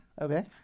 Okay